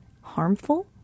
harmful